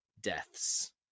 deaths